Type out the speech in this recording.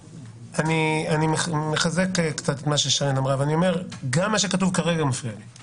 אני מחזק את מה ששרן אמרה ואומר שגם מה שכתוב כרגע מפריע לי.